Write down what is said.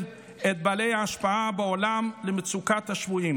את בעלי ההשפעה בעולם למצוקת השבויים.